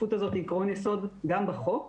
השותפות הזאת היא עיקרון יסוד גם בחוק,